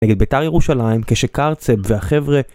נגד ביתר ירושלים כשקרצב והחבר'ה